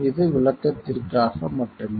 இது விளக்கத்திற்காக மட்டுமே